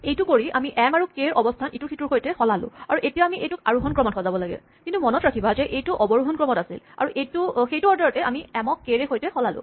এইটো কৰি আমি এম আৰু কে ৰ অৱস্হান ইটোৰ সিটোৰ সৈতে সলালোঁ এতিয়া আমি এইটোক আৰোহন ক্ৰমত সজাব লাগে কিন্তু মনত ৰাখিবা যে এইটো অৱৰোহন ক্ৰমত আছিল আৰু সেইটো অৰ্ডাৰতে আমি এম ক কে ৰ সৈতে সলালো